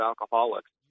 alcoholics